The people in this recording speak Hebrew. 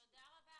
תודה רבה.